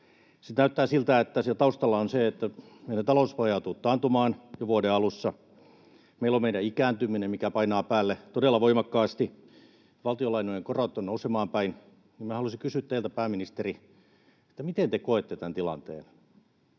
26. Näyttää siltä, että siellä taustalla on se, että meidän talous vajoaa taantumaan jo vuoden alussa. Meillä on meidän ikääntyminen, mikä painaa päälle todella voimakkaasti. Valtionlainojen korot ovat nousemaan päin. Minä haluaisin kysyä teiltä, pääministeri, miten te koette tämän tilanteen: